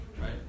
right